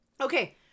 Okay